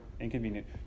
inconvenient